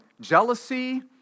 jealousy